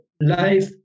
life